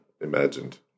imagined